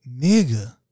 nigga